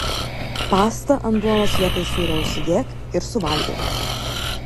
pastą ant duonos vietoj sūrio užsidėk ir suvalgyk